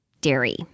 dairy